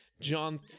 John